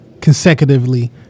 consecutively